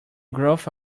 growth